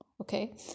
Okay